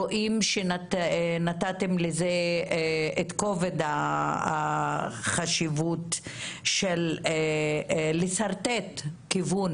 רואים שנתתם לזה את כובד החשיבות של לשרטט כיוון